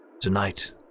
Tonight